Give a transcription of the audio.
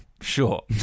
Sure